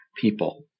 people